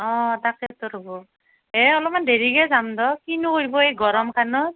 অ তাকেতো ৰ'ব এই অলপমান দেৰিকৈ যাম দিয়ক কিনো কৰিব এই গৰমখনত